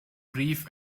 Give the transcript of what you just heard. brief